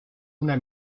una